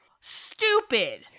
stupid